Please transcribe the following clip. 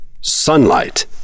Sunlight